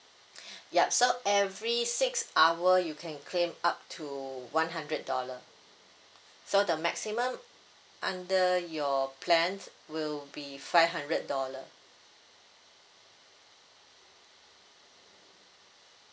yup so every six hour you can claim up to one hundred dollar so the maximum under your plan will be five hundred dollar